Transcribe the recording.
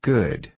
Good